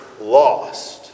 lost